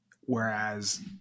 whereas